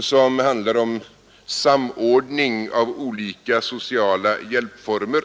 som handlar om samordning av olika sociala hjälpformer.